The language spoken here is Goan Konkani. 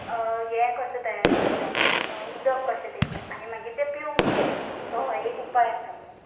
हें कसो तयार करता उदक कशें तेजें आनी मागीर तें पिवूंक दिता सो हो एक उपाय आसा